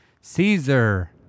Caesar